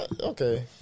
Okay